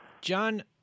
John